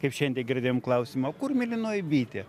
kaip šiandien girdėjom klausimą o kur mėlynoji bitė